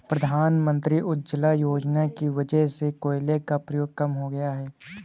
प्रधानमंत्री उज्ज्वला योजना की वजह से कोयले का प्रयोग कम हो गया है